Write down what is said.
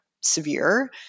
severe